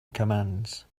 commands